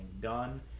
done